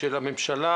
הממשלה.